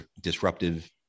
disruptive